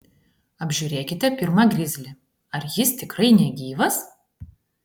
apžiūrėkite pirma grizlį ar jis tikrai negyvas